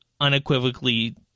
unequivocally